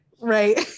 Right